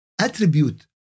attribute